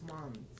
months